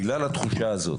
בגלל התחושה הזאת,